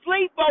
sleep